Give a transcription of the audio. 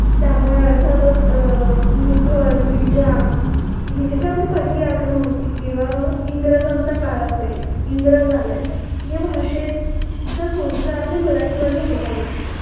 त्यामुळे अर्थातच मुघल निजाम ही जे काही आपली परकीय आक्रमणं होती किंवा इंग्रजांचा काळ असेल इंग्रज आले या भाषेचा संस्कार आपल्या मराठीवर झालेला दिसतो